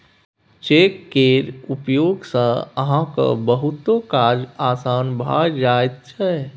cheque केर उपयोग सँ अहाँक बहुतो काज आसान भए जाइत छै